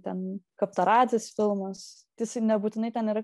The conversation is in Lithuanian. ten kavtaradzės filmas tai jisai nebūtinai ten yra